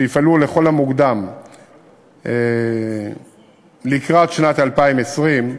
שיפעלו לכל המוקדם לקראת שנת 2020,